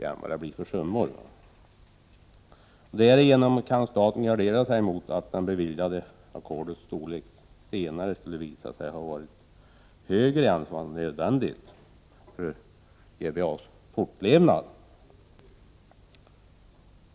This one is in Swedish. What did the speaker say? Därigenom kan staten gardera sig mot att det beviljade ackordet senare visar sig ha varit större än vad som var nödvändigt för att Götaverken Arendals fortlevnad skulle kunna tryggas.